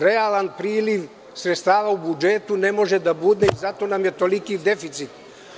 Realan priliv sredstava u budžetu ne može da bude, zato nam je toliki deficit.